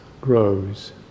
grows